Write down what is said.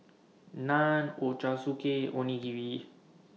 Naan Ochazuke Onigiri